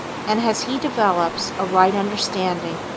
and as he develops a right understanding,